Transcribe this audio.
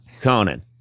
Conan